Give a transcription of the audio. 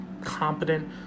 competent